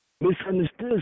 misunderstood